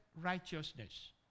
righteousness